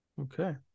Okay